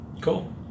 cool